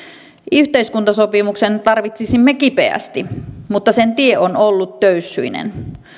yhteiskuntasopimuksen tarvitsisimme kipeästi mutta sen tie on ollut töyssyinen